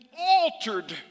altered